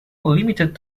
limited